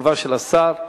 למה שאילתא עכשיו?